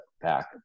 back